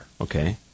Okay